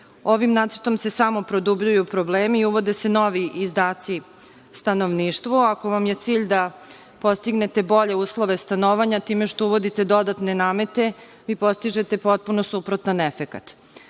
Ovim nacrtom se samo produbljuju problemi i uvode se novi izdaci stanovništvu. Ako vam je cilj da postignete bolje uslove stanovanja time što uvodite dodatne namete, vi postižete potpuno suprotan efekat.